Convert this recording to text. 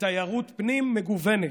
לתיירות-פנים מגוונת: